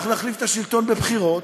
אנחנו נחליף את השלטון בבחירות.